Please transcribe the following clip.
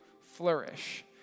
flourish